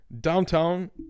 downtown